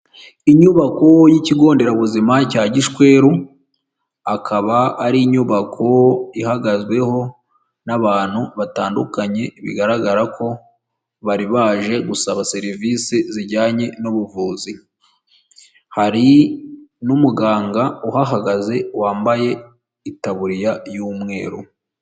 Inyubako y'ikigo nderabuzima cya Gishweru, akaba ari inyubako ihagazweho n'abantu batandukanye, bigaragara ko bari baje gusaba serivisi zijyanye n'ubuvuzi, hari n'umuganga uhagaze wambaye itaburiya y'umweru.